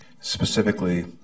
specifically